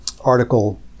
article